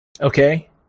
okay